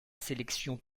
sélection